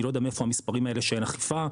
אני לא יודע מאיפה המספרים האלה שאין אכיפה,